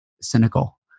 cynical